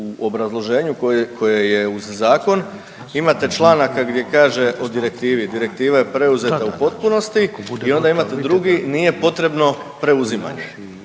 u obrazloženju koje je uz zakon imate članaka gdje o direktivi. Direktiva je preuzeta u potpunosti i onda imate drugi nije potrebno preuzimanje.